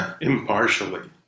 impartially